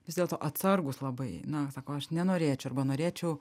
vis dėlto atsargūs labai na sako aš nenorėčiau arba norėčiau